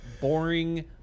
boring